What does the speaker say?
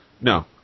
No